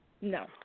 No